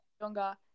younger